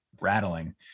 rattling